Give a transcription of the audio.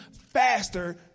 faster